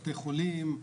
בתי חולים.